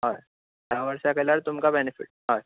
हय धा वर्सां केल्यार तुमकां बेनिफिट हय